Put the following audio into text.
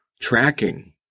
tracking